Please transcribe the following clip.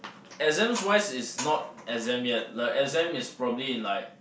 exams wise is not exam yet the exam is probably in like